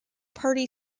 party